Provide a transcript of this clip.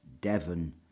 Devon